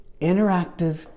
interactive